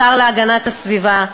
השר להגנת הסביבה,